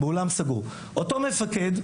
אותו מפקד,